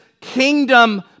kingdom